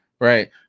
Right